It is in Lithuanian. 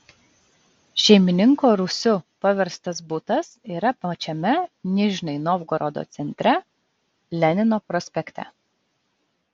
šeimininko rūsiu paverstas butas yra pačiame nižnij novgorodo centre lenino prospekte